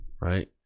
Right